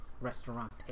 restaurant